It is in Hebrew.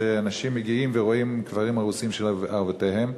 שאנשים מגיעים ורואים קברים הרוסים של אבותיהם.